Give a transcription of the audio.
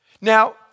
Now